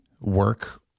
work